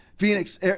phoenix